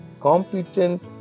competent